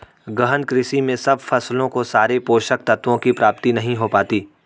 गहन कृषि में सब फसलों को सारे पोषक तत्वों की प्राप्ति नहीं हो पाती